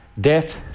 Death